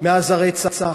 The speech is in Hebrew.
מאז הרצח,